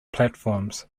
platforms